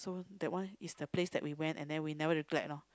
that one is the place that we went and we never regret loh